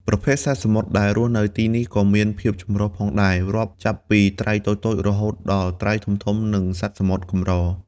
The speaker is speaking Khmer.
ប្រភេទសត្វសមុទ្រដែលរស់នៅទីនេះក៏មានភាពចម្រុះផងដែរ រាប់ចាប់ពីត្រីតូចៗ រហូតដល់ត្រីធំៗ និងសត្វសមុទ្រកម្រ។